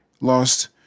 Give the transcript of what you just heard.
lost